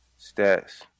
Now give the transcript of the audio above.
stats